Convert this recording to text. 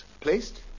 placed